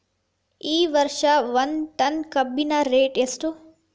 ಈ ವರ್ಷ ಒಂದ್ ಟನ್ ಕಬ್ಬಿನ ರೇಟ್ ಎಷ್ಟು?